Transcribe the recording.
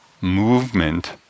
Movement